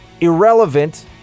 irrelevant